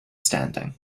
standing